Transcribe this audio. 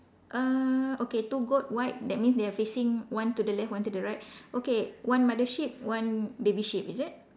uh okay two goat white that means they are facing one to the left one to the right okay one mother sheep one baby sheep is it